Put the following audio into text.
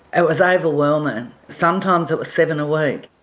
it was overwhelming, sometimes it was seven a week.